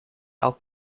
elk